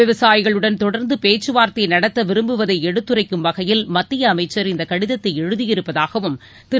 விவசாயிகளுடன் தொடர்ந்து பேச்சுவார்த்தை நடத்த விரும்புவதை எடுத்துரைக்கும் வகையில் மத்திய அமைச்சர் இந்த கடிதத்தை எழுதியிருப்பதாகவும் திரு